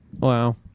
Wow